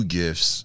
gifts